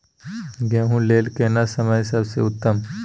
गेहूँ लेल केना समय सबसे उत्तम?